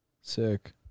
sick